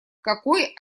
какой